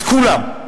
את כולם.